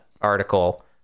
article